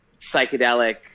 psychedelic